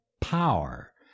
power